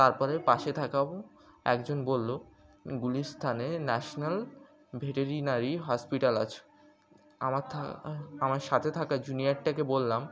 তারপরে পাশে থাকাও একজন বলল গুলিস্তানে ন্যাশনাল ভেটেরিনারি হসপিটাল আছে আমার আমার সাথে থাকা জুনিয়রটাকে বললাম